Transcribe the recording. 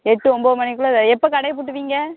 எட்டு ஒன்போது மணிக்குள்ளே எப்போது கடையை பூட்டுவீங்க